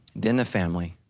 then the family,